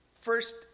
First